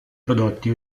prodotti